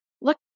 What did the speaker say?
Look